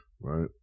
right